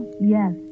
Yes